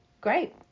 Great